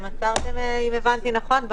אם הבנתי נכון,